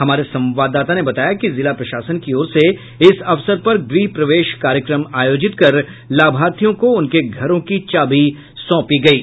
हमारे संवाददाता ने बताया कि जिला प्रशासन की ओर से इस अवसर पर गृह प्रवेश कार्यक्रम आयोजित कर लाभार्थियों को उनके घरों की चाभी सौंपी गयी